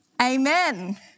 amen